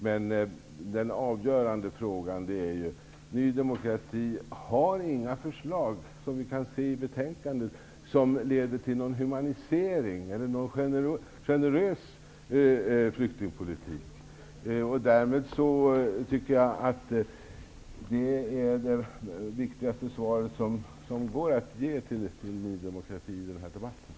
Men det avgörande är att Ny demokrati inte har några förslag i det här betänkandet som skulle leda till en humanisering av flyktingpolitiken eller till en generös flyktingpolitik. Det tycker jag är det viktigaste besked som går att ge till Ny demokrati i denna debatt.